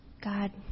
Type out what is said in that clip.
God